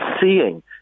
seeing